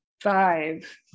Five